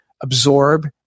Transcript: absorb